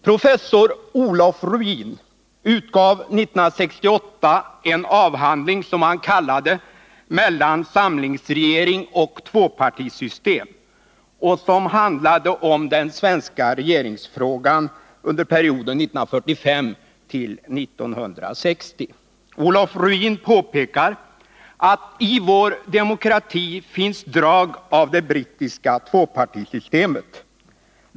Professor Olof Ruin utgav 1968 en avhandling, som han kallade Mellan samlingsregering och tvåpartisystem och som handlade om den svenska regeringsfrågan under perioden 1945-1960. Olof Ruin påpekar att i vår Nr 29 demokrati finns drag av det brittiska tvåpartisystemet.